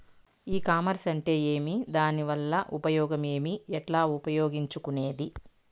ఈ కామర్స్ అంటే ఏమి దానివల్ల ఉపయోగం ఏమి, ఎట్లా ఉపయోగించుకునేది?